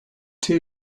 two